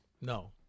No